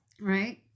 Right